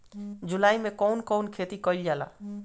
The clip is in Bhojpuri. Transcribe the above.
जुलाई मे कउन कउन खेती कईल जाला?